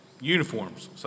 Uniforms